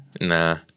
Nah